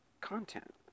content